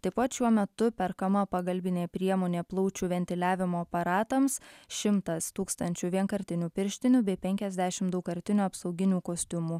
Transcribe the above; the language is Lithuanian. taip pat šiuo metu perkama pagalbinė priemonė plaučių ventiliavimo aparatams šimtas tūkstančių vienkartinių pirštinių bei penkiasdešimt daugkartinių apsauginių kostiumų